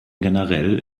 generell